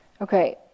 Okay